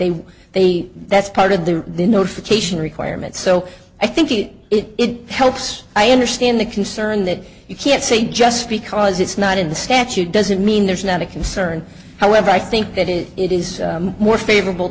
will they that's part of the notification requirement so i think it helps i understand the concern that you can't say just because it's not in the statute doesn't mean there's not a concern however i think that is it is more favorable